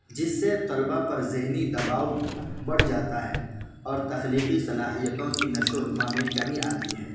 جس سے طلبا پر ذہنی دباؤ بڑھ جاتا ہے اور تخلیقی صلاحیتوں کی نشو و نما میں کمی آتی ہے